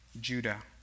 Judah